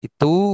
Itu